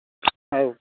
આવ્યું